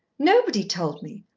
nobody told me.